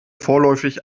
vorläufig